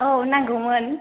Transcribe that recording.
औ नांगौमोन